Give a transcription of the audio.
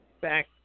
back